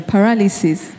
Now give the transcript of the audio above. Paralysis